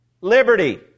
liberty